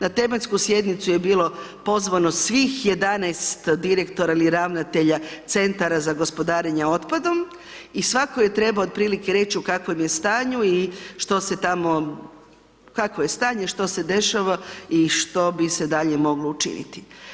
Na tematsku sjednicu je bilo pozvano svih 11 direktora ili ravnatelja centara za gospodarenje otpadom i svatko je trebao otprilike reći u kakvom je stanju i što se tamo, kakvo je stanje, što se dešava i što bi se dalje moglo učiniti.